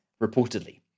reportedly